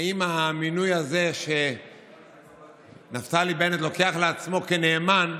האם המינוי הזה שנפתלי בנט לוקח לעצמו כנאמן,